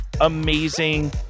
amazing